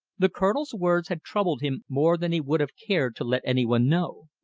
the colonel's words had troubled him more than he would have cared to let any one know.